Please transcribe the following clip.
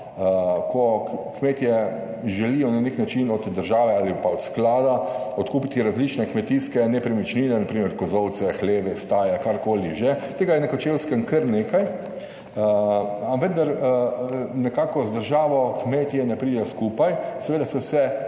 na nek način od države ali pa od sklada odkupiti različne kmetijske nepremičnine, na primer kozolce, hleve, vstaje, karkoli že. Tega je na Kočevskem kar nekaj, a vendar nekako z državo kmetje ne pridejo skupaj. Seveda se vse